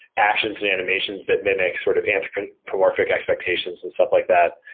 actions and animations that mimic sort of anthropomorphic expectations and stuff like that,